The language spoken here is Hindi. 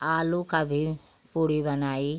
आलू का भी पूड़ी बनाई